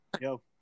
Yo